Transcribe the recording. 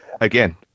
again